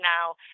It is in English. now